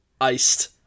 iced